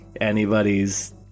anybody's